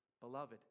beloved